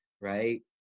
right